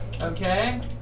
Okay